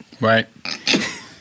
Right